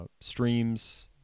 streams